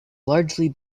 largely